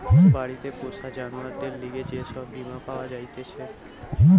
বাড়িতে পোষা জানোয়ারদের লিগে যে সব বীমা পাওয়া জাতিছে